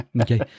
okay